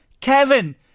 Kevin